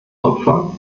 opfer